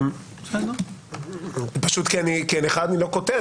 אותך אני לא קוטע,